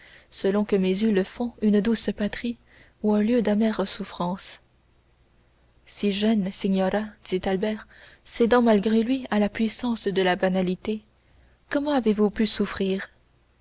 selon que mes yeux le font une douce patrie ou un lieu d'amères souffrances si jeune signora dit albert cédant malgré lui à la puissance de la banalité comment avez-vous pu souffrir